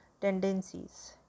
tendencies